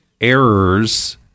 errors